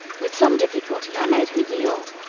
with some difficulty i made her yield,